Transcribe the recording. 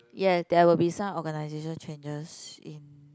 ya there will be some organization changes in